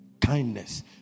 Kindness